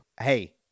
Hey